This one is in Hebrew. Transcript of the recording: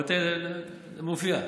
אבל תן לי, זה מופיע.